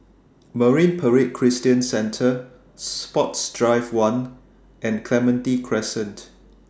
Marine Parade Christian Centre Sports Drive one and Clementi Crescent